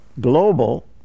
global